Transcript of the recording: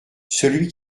celui